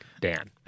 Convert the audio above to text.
Dan